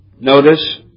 Notice